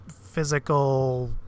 physical